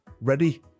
ready